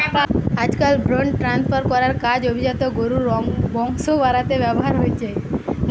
আজকাল ভ্রুন ট্রান্সফার করার কাজ অভিজাত গরুর বংশ বাড়াতে ব্যাভার হয়ঠে